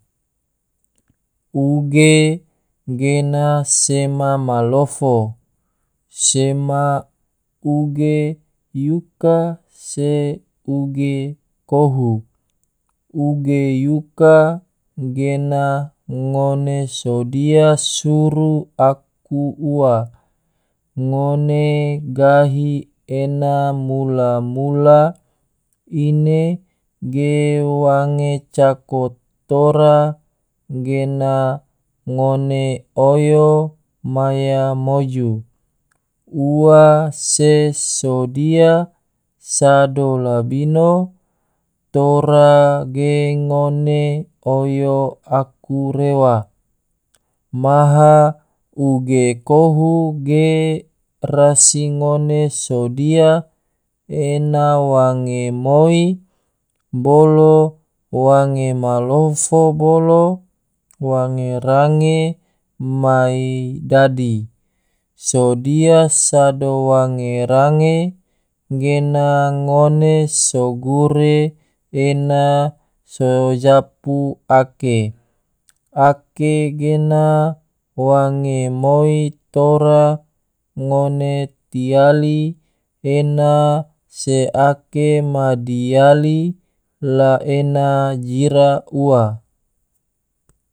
Uge gena sema malofo, sema uge yuka se uge kohu, uge yuka gena ngone sodia suru aku ua, ngone gahi ena mula-mula ine ge wange cako tora gena ngone oyo maya moju, ua se sodia sado labino tora ge ngone oyo aku rewa. maha uge kohu ge rasi ngone sodia ena wange moi, bolo wange malofo, bolo wange range mai dadi, sodia sado wange range gena ngone sogure ena so japu ake, ake gena wange moi tora ngone tiali ena se ake ma diali la ena jira ua.